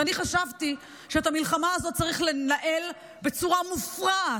ואני חשבתי שאת המלחמה הזאת צריך לנהל בצורה מופרעת,